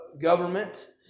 government